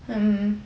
mm